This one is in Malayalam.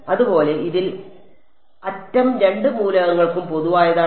അതുപോലെ ഇതിൽ അറ്റം രണ്ട് മൂലകങ്ങൾക്കും പൊതുവായതാണ്